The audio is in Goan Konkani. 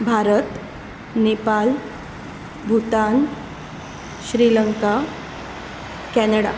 भारत नेपाल भुतान श्रीलंका कॅनडा